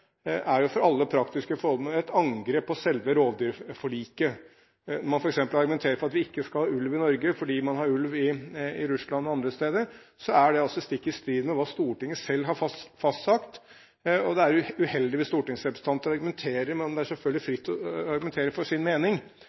er for alle praktiske formål et angrep på selve rovdyrforliket. Når man f.eks. argumenterer for at vi ikke skal ha ulv i Norge fordi man har ulv i Russland og andre steder, er det stikk i strid med hva Stortinget selv har fastsatt. Og det er uheldig hvis stortingsrepresentanter – de står selvfølgelig fritt til å gjøre det – argumenterer for